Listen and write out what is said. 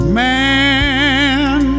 man